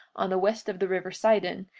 on the west of the river sidon,